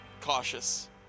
cautious